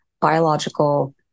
biological